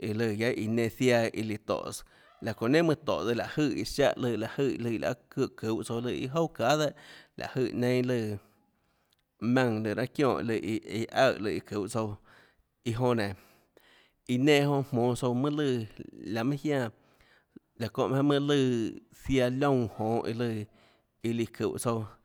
guiaâ lùã guiaâ iã nenã ziaã iã líã tóhås laã çounã nenhà mønâ tóhå láhå jøè iã ziáhã lùã láhå jøè iã lùã iã lùã çuhå tsouã lùã iâ jouà çahà dehâ láhå jøè neinâ lùã maùnã løã raâ çionè iå iã aøè lùã çuhå tsouã iã jonã nénå iã nenã jonã jmonå tsouã mønâ lùã laå mønâ jiánã laã çónhã jmaønâ mønâ lùã ziaã liónã jonhå iã lùã iã líã çúhå tsouã